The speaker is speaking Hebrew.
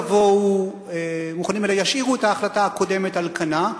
לא יבואו מוכנים אלא ישאירו את ההחלטה הקודמת על כנה,